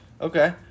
Okay